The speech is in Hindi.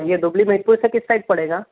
ये दुबली मनिकपुर से किस साइड पड़ेगा